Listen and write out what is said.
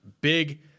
big